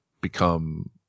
become